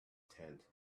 tent